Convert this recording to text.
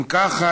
אם כך,